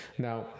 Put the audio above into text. now